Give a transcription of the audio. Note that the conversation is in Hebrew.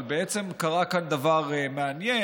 אבל קרה כאן דבר מעניין: